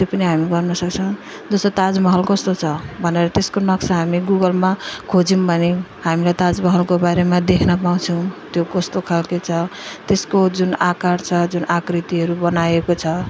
त्यो पनि हामी गर्न सक्छौँ जस्तो ताजमहल कस्तो छ भनेर त्यसको नक्सा हामी गुगलमा खोज्यौँ भने हामीलाई ताजमहलको बारेमा देख्न पाउँछौँ त्यो कस्तो खाले छ त्यसको जुन आकार छ जुन आकृतिहरू बनाएको छ